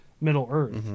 Middle-Earth